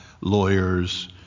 lawyers